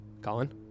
Colin